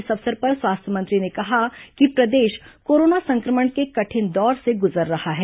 इस अवसर पर स्वास्थ्य मंत्री ने कहा कि प्रदेश कोरोना संक्रमण के कठिन दौर से गुजर रहा है